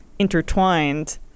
intertwined